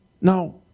Now